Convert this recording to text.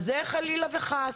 זה חלילה וחס.